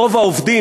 רוב העובדים,